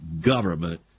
government